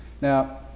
Now